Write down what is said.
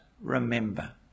remember